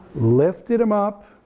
lifted him up,